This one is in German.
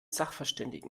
sachverständigen